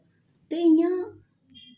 ते इ'यां